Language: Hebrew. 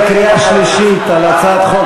התוצאה של ההצבעה בקריאה שלישית על הצעת חוק